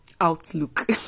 outlook